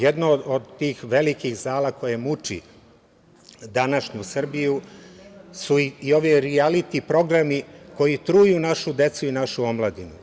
Jedno od tih velikih zala koje muči današnju Srbiju su i ovi rijaliti programi koji truju našu decu i našu omladinu.